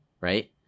right